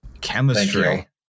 chemistry